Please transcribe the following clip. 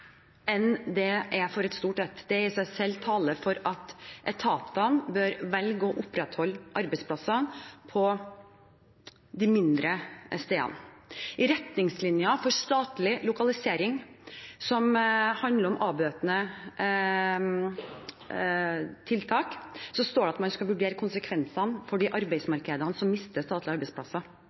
enn det er for et stort. Det i seg selv taler for at etatene bør velge å opprettholde arbeidsplasser på de mindre stedene. I retningslinjene for statlig lokalisering som handler om avbøtende tiltak, står det at man skal vurdere konsekvensene for de arbeidsmarkedene som mister statlige arbeidsplasser.